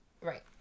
Right